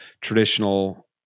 traditional